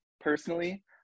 personally